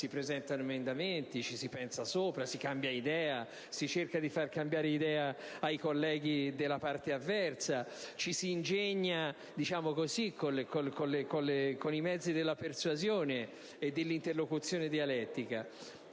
si presentano emendamenti, ci si pensa sopra, si cambia idea, si cerca di far cambiare idea ai colleghi della parte avversa, ci si ingegna con i mezzi della persuasione e dell'interlocuzione dialettica,